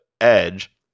edge